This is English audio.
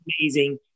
Amazing